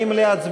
להלן: